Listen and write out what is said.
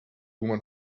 woman